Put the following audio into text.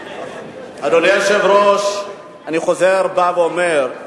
אדוני היושב-ראש, אני חוזר עוד פעם ואומר: